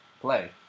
play